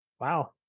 Wow